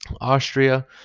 Austria